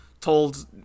told